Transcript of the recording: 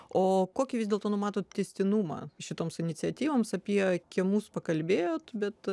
o kokį vis dėlto numatot tęstinumą šitoms iniciatyvoms apie kiemus pakalbėjot bet